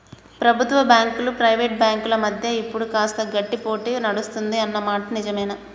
ప్రభుత్వ బ్యాంకులు ప్రైవేట్ బ్యాంకుల మధ్య ఇప్పుడు కాస్త గట్టి పోటీ నడుస్తుంది అన్న మాట నిజవే